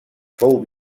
fou